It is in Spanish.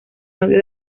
novio